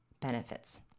benefits